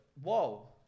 Whoa